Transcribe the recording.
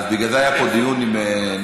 אז בגלל זה היה פה דיון עם נאזם.